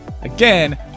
Again